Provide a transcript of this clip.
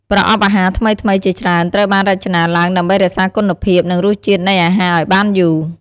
ប្រអប់អាហារថ្មីៗជាច្រើនត្រូវបានរចនាឡើងដើម្បីរក្សាគុណភាព និងរសជាតិនៃអាហារឲ្យបានយូរ។